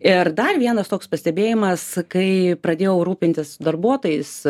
ir dar vienas toks pastebėjimas kai pradėjau rūpintis darbuotojais